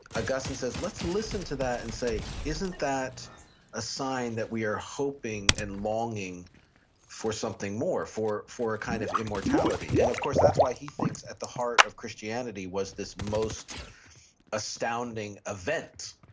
augustine says, let's listen to that and say, isn't that a sign that we are hoping and longing for something more for, for kind of immortality. and of course, that's why he thinks at the heart of christianity was this most astounding event,